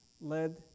led